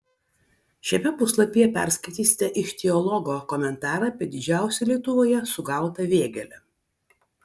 šiame puslapyje perskaitysite ichtiologo komentarą apie didžiausią lietuvoje sugautą vėgėlę